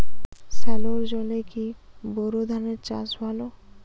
সেলোর জলে কি বোর ধানের চাষ ভালো?